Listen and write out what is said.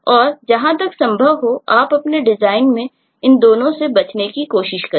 और जहां तक संभव हो आप अपने डिजाइन में इन दोनों से बचने की कोशिश करें